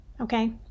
okay